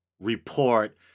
report